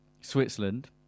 Switzerland